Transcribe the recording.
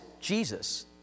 Jesus